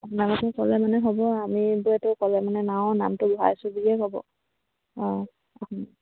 আপোনালোকে ক'লে মানে হ'ব আমিবোৰেটো ক'লে মানে অঁ নামটো ভৰাইছোঁ বুলিয়েই ক'ব অঁ